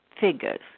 figures